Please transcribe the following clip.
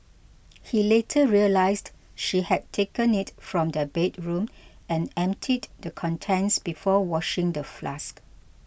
he later realised she had taken it from their bedroom and emptied the contents before washing the flask